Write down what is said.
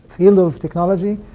field of technology,